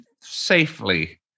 safely